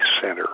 center